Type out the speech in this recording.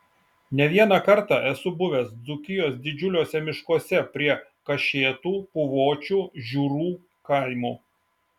ne vieną kartą esu buvęs dzūkijos didžiuliuose miškuose prie kašėtų puvočių žiūrų kaimų